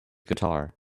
guitar